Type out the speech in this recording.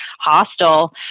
hostile